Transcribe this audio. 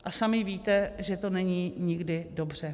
A sami víte, že to není nikdy dobře.